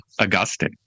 Augustine